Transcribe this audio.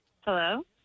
Hello